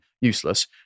useless